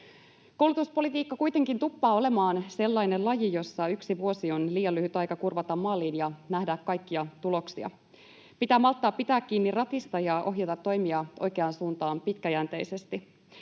Koulutuspolitiikka kuitenkin tuppaa olemaan sellainen laji, jossa yksi vuosi on liian lyhyt aika kurvata maaliin ja nähdä kaikkia tuloksia. Pitää malttaa pitää kiinni ratista ja ohjata toimia oikeaan suuntaan pitkäjänteisesti.